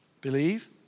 Believe